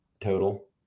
total